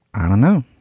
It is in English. i don't know.